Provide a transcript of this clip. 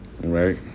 Right